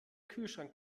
kühlschrank